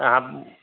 त अहाँ